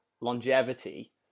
longevity